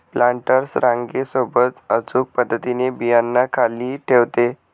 planters रांगे सोबत अचूक पद्धतीने बियांना खाली ठेवते